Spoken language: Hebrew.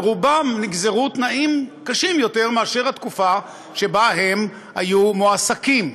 על רובם נגזרו תנאים קשים יותר מאשר בתקופה שבה הם היו מועסקים.